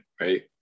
right